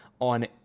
on